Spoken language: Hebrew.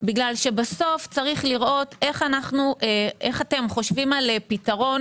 כי בסוף יש לראות איך אתם חושבים על פתרון